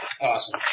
Awesome